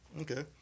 Okay